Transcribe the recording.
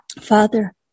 Father